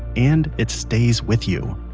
and it stays with you.